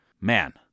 Man